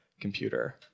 computer